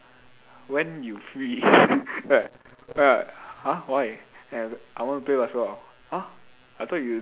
when you free !huh! why i want to play basketball !huh! i thought you